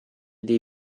dei